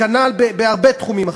כנ"ל בהרבה תחומים אחרים.